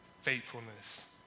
faithfulness